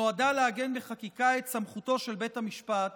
נועדה לעגן בחקיקה את סמכותו של בית המשפט